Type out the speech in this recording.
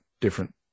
different